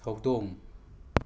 ꯍꯧꯗꯣꯡ